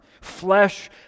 flesh